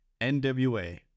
NWA